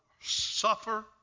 suffer